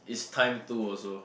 it's time to also